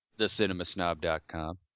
TheCinemasnob.com